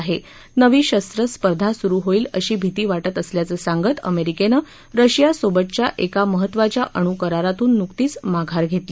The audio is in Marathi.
आपल्याला नवी शस्व स्पर्धा सुरु होईल अशी भिती वाटत असल्याचं सांगत अमेरिकेनं रशियासोबतच्या एका महत्वाच्या अणुकररातून नुकतीच माघार घेतली